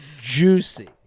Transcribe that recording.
juicy